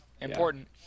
important